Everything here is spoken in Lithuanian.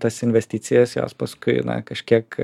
tas investicijas jos paskui na kažkiek